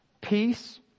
Peace